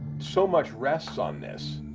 so much rests on this.